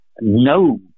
no